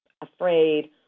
afraid